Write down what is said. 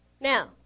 Now